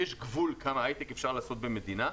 יש גבול כמה הייטק אפשר לעשות במדינה.